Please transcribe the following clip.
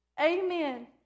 Amen